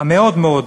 המאוד מאוד